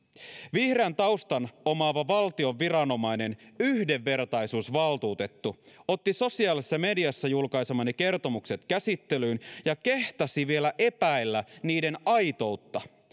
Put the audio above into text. vihreän taustan omaava valtion viranomainen yhdenvertaisuusvaltuutettu otti sosiaalisessa mediassa julkaisemani kertomukset käsittelyyn ja kehtasi vielä epäillä niiden aitoutta